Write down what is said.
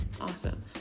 Awesome